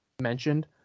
mentioned